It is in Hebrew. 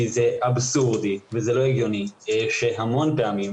זה אבסורדי וזה לא הגיוני שהמון פעמים,